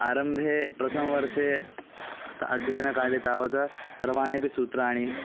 आरम्भे प्रथमवर्षे अध्ययनकाले तावत् सर्वाण्यपि सूत्राणि